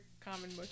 common